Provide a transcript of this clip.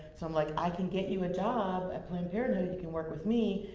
so i'm like, i can get you a job at planned parenthood you can work with me,